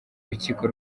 rukiko